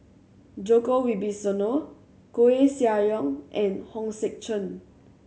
Djoko Wibisono Koeh Sia Yong and Hong Sek Chern